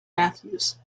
mathews